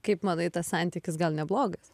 kaip manai tas santykis gal neblogas